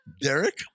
Derek